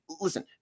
Listen